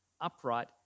upright